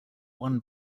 won